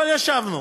אבל ישבנו.